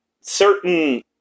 certain